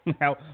Now